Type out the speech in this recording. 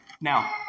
Now